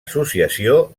associació